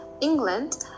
England